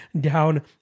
down